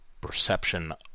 Perception